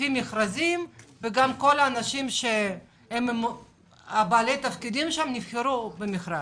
לפי מכרזים וכל האנשים בעלי התפקידים שם נבחרו במכרז.